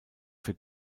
für